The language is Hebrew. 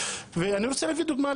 ואני רוצה להביא דוגמה.